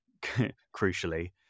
crucially